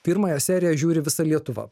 pirmąją seriją žiūri visa lietuva